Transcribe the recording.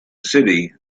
city